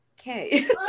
okay